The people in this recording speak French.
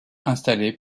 installés